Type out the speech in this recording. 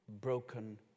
broken